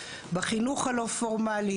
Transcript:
בחינוך הלא פורמאלי,